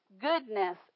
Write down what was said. goodness